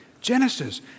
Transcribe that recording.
Genesis